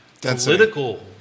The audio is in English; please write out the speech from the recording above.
political